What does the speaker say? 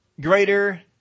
greater